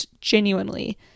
genuinely